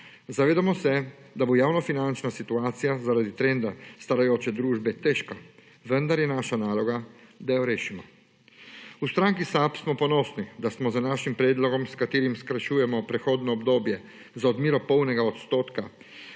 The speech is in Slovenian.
zavedamo se, da bo javnofinančna situacija zaradi trenda starajoče se družbe težka, vendar je naša naloga, da jo rešimo. V stranki SAB smo ponosni, da smo s svojim predlogom, s katerim skrajšujemo prehodno obdobje za odmero polnega odstotka